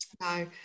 no